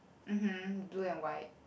mmhmm blue and white